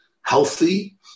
healthy